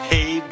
Hey